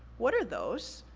what are those?